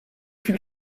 viel